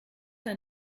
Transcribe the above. ein